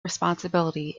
responsibility